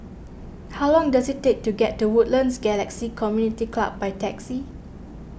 how long does it take to get to Woodlands Galaxy Community Club by taxi